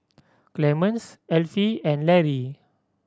Clemence Elfie and Larry